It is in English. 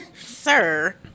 sir